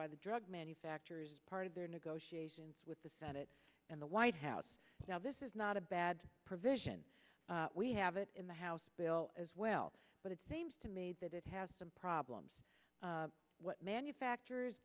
by the drug manufacturers part of their negotiations with the senate and the white house now this is not a bad provision we have it in the house bill as well but it seems to me that it has some problems what manufacturers